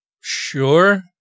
Sure